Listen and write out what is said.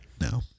No